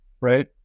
Right